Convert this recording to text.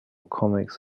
comics